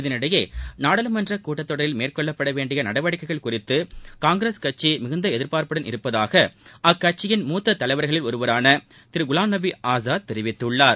இதனிடையே நாடாளுமன்ற கூட்டத்தொடரில் மேற்கொள்ளப்பட உள்ள நடவடிக்கைகள் குறித்து காங்கிரஸ் கட்சி மிகுந்த எதிர்பார்ப்புடன் இருப்பதாக அக்கட்சியின் மூத்த தலைவர்களில் ஒருவரான திரு குலாம்நபி ஆசாத் தெரிவித்துள்ளார்